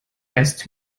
erst